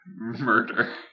murder